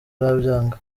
arabyanga